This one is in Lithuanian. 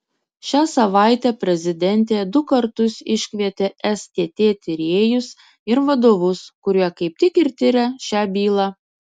šią savaitę prezidentė du kartus iškvietė stt tyrėjus ir vadovus kurie kaip tik ir tirią šią bylą